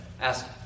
ask